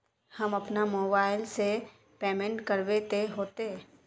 हम अपना मोबाईल से पेमेंट करबे ते होते?